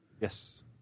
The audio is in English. Yes